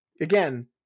Again